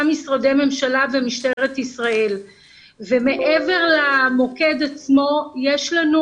משרדי ממשלה ומשטרת ישראל ומעבר למוקד עצמו יש לנו